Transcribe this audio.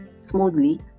smoothly